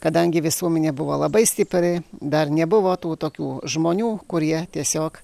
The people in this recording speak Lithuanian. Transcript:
kadangi visuomenė buvo labai stipri dar nebuvo tų tokių žmonių kurie tiesiog